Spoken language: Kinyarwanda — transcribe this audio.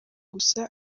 gusa